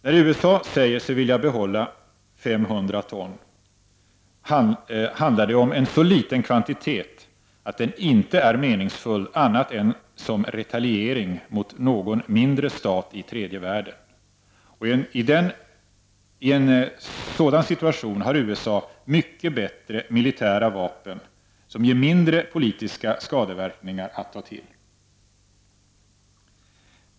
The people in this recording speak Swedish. När USA säger sig vilja behålla 500 ton, handlar det om en så liten kvanti tet att den inte är meningsfull annat än som retaliering mot någon mindre stat i tredje världen — och i en sådan situation har USA mycket bättre militära vapen, som ger mindre politiska skadeverkningar, att ta till.